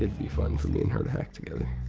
be fun for me and her to hack together.